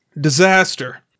Disaster